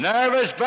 Nervous